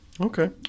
okay